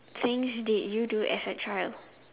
things did you do as a child